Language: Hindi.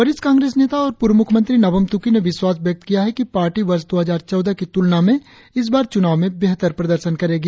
वरिष्ट कांग्रेस नेता और पूर्व मुख्यमंत्री नाबम तुकी ने विश्वास व्यक्त किया है कि पार्टी वर्ष दो हजार चौदह की तुलना में इस बार चुनाव में बेहतर प्रदर्शन करेगी